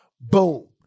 Boom